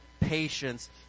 patience